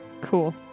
cool